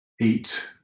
eat